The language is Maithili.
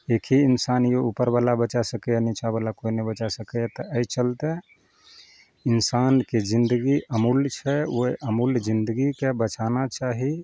एक ही इंसान ई उपरबला बचा सकइए नीचावला कोइ नहि बचा सकइए तऽ अइ चलते इंसानके जिन्दगी अमूल्य छै ओइ अमूल्य जिन्दगीके बचाना चाही